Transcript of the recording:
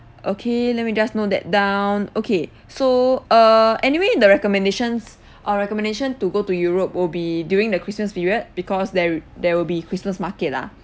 okay let me just note that down okay so err anyway in the recommendations our recommendation to go to europe will be during the christmas period because there there will be christmas market lah